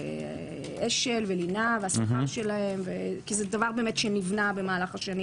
על אש"ל ולינה והשכר שלהם כי זה דבר שנבנה במהלך השנים